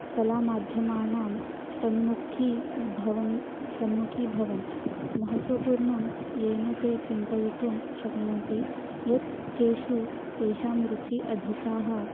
कलामाध्यमानां सम्मुखी भवनं सम्मुखी भवनं महत्त्वपूर्णं येन ते चिन्तयितुं शक्नोति यत् केषु तेषां रुचिः अधिका